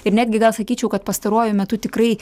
ir netgi gal sakyčiau kad pastaruoju metu tikrai